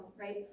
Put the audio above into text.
right